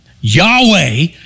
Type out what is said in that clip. Yahweh